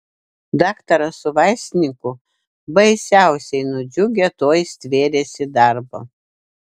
daktaras su vaistininku baisiausiai nudžiugę tuoj stvėrėsi darbo